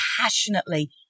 passionately